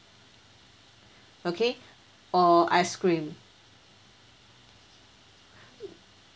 okay or ice cream